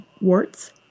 warts